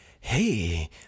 Hey